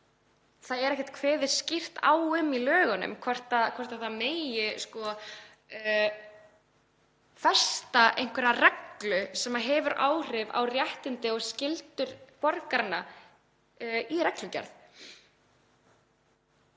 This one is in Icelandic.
það er ekkert kveðið skýrt á um það í lögunum hvort það megi festa einhverja reglu sem hefur áhrif á réttindi og skyldur borgaranna í reglugerð.